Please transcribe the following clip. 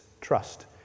trust